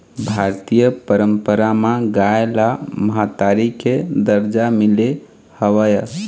भारतीय पंरपरा म गाय ल महतारी के दरजा मिले हवय